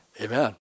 amen